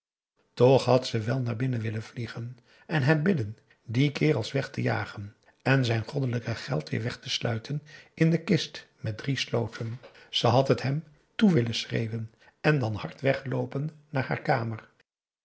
toch had ze wel naar binnen willen vliegen en hem bidden die kerels weg te jagen en zijn goddelijke geld weer weg te sluiten in de kist met drie sloten ze had het hem toe willen schreeuwen en dan hard wegloopen naar haar kamer